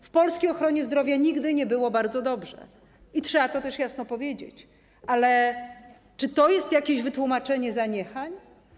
W polskiej ochronie zdrowia nigdy nie było bardzo dobrze i trzeba to jasno powiedzieć, ale czy to jest jakieś wytłumaczenie zaniechań?